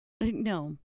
No